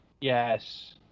Yes